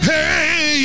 Hey